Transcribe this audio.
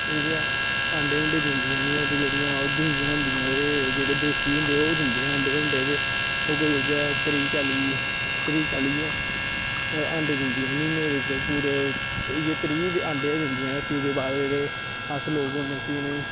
एह् ते अंडे उंडे दिंदियां निं हैन ते जेह्ड़ियां दूइयां होंदियां देसी होंदे ओह् दिंदे अंडे उं'दे ते उ'ऐ त्रीह् चाली त्रीह् चाली गै अंडे दिंदियां म्हीने बिच्च पूरे इ'यै त्रीह् अंडे गै दिंदियां ते फिर ओह्दे बाद जेह्ड़े अस लोक होने उ'नें गी